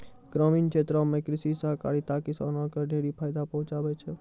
ग्रामीण क्षेत्रो म कृषि सहकारिता किसानो क ढेरी फायदा पहुंचाबै छै